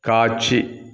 காட்சி